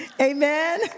Amen